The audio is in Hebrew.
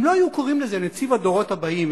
אם לא היו קוראים לזה נציב הדורות הבאים,